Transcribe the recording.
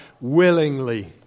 willingly